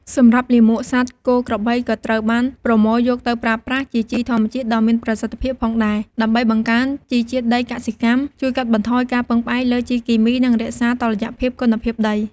សម្រាប់លាមកសត្វគោក្របីក៏ត្រូវបានប្រមូលយកទៅប្រើប្រាស់ជាជីធម្មជាតិដ៏មានប្រសិទ្ធភាពផងដែរ ដើម្បីបង្កើនជីជាតិដីកសិកម្ម ជួយកាត់បន្ថយការពឹងផ្អែកលើជីគីមី និងរក្សាតុល្យភាពគុណភាពដី។